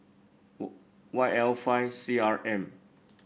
were Y L five C R M